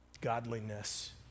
Godliness